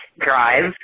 Drive